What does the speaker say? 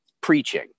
preaching